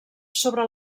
sobre